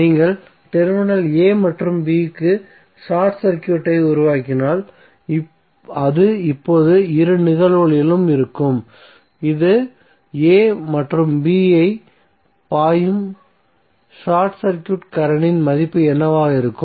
நீங்கள் terminal a மற்றும் b க்கு ஷார்ட் சர்க்யூட்டை உருவாக்கினால் அது இப்போது இரு நிகழ்வுகளிலும் இருக்கும் இது a மற்றும் b வரை பாயும் ஷார்ட் சர்க்யூட் கரண்ட்டின் மதிப்பு என்னவாக இருக்கும்